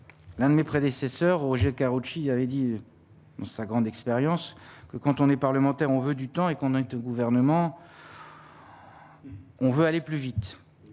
l'un de mes prédécesseurs, Roger Karoutchi, avait dit sa grande expérience que quand on est parlementaire, on veut du temps et qu'on aille de gouvernement, on veut aller plus vite,